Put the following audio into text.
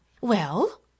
Well